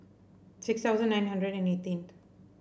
six thousand nine hundred and eighteenth